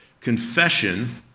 confession